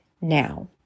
now